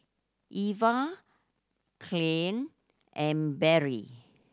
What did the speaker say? Eva Caryl and Barry